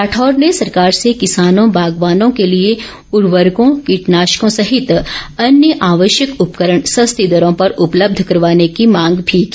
राठौर ने सरकार से किसानों बागवानों के लिए उर्वरकों कीटनाशकों सहित अन्य आवश्यक उपकरण सस्ती दरों पर उपलब्ध करवाने की मांग भी की